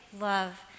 love